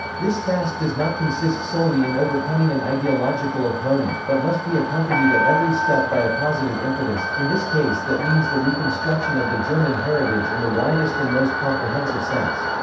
this task does not consist solely in overcoming an ideological opponent but must be accompanied at every step by a positive impetus in this case that means the reconstruction of the german heritage in the widest and most comprehensive sense.